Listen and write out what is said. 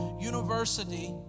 University